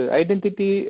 identity